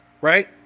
right